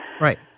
Right